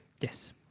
Yes